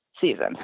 season